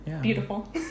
Beautiful